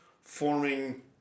forming